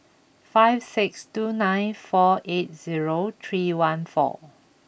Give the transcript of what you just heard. five six two nine four eight zero three one four